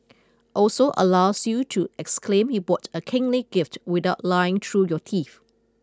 also allows you to exclaim you bought a kingly gift without lying through your teeth